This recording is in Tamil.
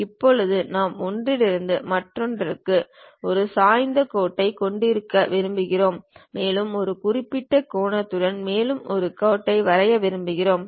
இப்போது நான் ஒன்றிலிருந்து மற்றொன்றுக்கு ஒரு சாய்ந்த கோட்டைக் கொண்டிருக்க விரும்புகிறேன் மேலும் ஒரு குறிப்பிட்ட கோணத்துடன் மேலும் ஒரு கோட்டை வரைய விரும்புகிறேன்